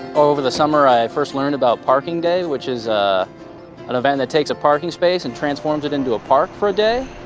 over the summer i first learned about parking day which is ah an event that takes a parking space and transforms it into a park for a day.